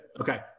Okay